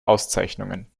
auszeichnungen